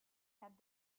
had